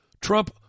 Trump